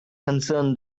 concerned